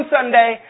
Sunday